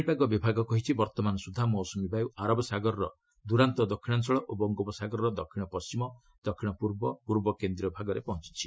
ପାଶିପାଗ ବିଭାଗ କହିଛି ବର୍ତ୍ତମାନ ସୁଦ୍ଧା ମୌସୁମୀ ବାୟୁ ଆରବ ସାଗରର ଦୂରାନ୍ତ ଦକ୍ଷିଣାଞ୍ଚଳ ଓ ବଙ୍ଗୋପସାଗରର ଦକ୍ଷିଣ ପଣ୍ଟିମ ଦକ୍ଷିଣ ପୂର୍ବ ପୂର୍ବ କେନ୍ଦ୍ରୀୟ ଭାଗରେ ପହଞ୍ଚିଛି